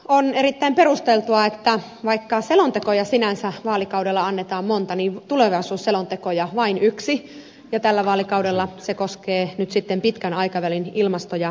on erittäin perusteltua että vaikka selontekoja sinänsä vaalikaudella annetaan monta niin tulevaisuusselontekoja vain yksi ja tällä vaalikaudella se koskee nyt sitten pitkän aikavälin ilmasto ja energiapolitiikkaa